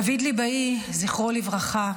דוד ליבאי, זכרו לברכה,